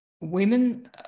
women